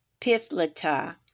Pithlata